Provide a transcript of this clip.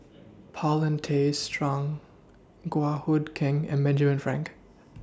Paulin Tay Straughan Goh Hood Keng and Benjamin Frank